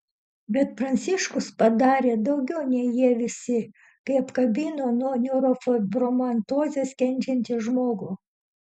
bet pranciškus padarė daugiau nei jie visi kai apkabino nuo neurofibromatozės kenčiantį žmogų